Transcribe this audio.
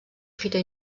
fita